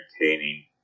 entertaining